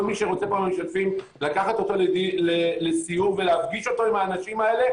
כל מי שרוצה פה מהמשתתפים לקחת אותו לסיור ולהפגיש אותו עם האנשים האלה,